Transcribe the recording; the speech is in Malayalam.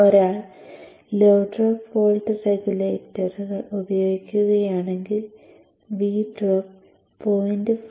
ഒരാൾ ലോ ഡ്രോപ്പ് വോൾട്ട് റെഗുലേറ്റർ ഉപയോഗിക്കുകയാണെങ്കിൽ V ഡ്രോപ്പ് 0